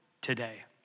today